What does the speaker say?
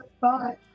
Bye